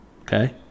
Okay